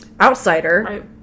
outsider